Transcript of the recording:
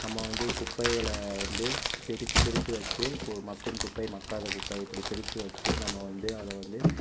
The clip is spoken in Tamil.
நம்ப வந்து குப்பைகளை வந்து பிரிச்சு பிரிச்சு வச்சு மக்கும் குப்பை மக்காத குப்பை இப்படி பிரிச்சு வச்சு நம்ப வந்து அதை வந்து